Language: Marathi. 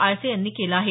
आळसे यांनी केलं आहे